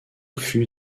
fut